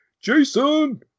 Jason